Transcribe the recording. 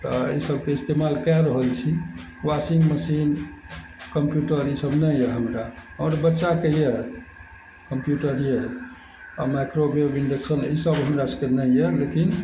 तऽ ई सबके इस्तेमाल कए रहल छी वॉशिंग मशीन कम्प्यूटर ई सब नहि यऽ हमरा आओर बच्चाके यऽ कम्प्यूटर यऽ आओर माइक्रोवेव इंडक्शन ई सब हमरा सबके नहि यऽ लेकिन